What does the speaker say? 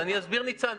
אז אני אסביר, ניצן.